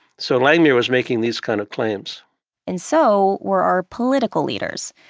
so, langmuir was making these kinds of claims and so were our political leaders.